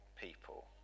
people